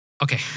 Okay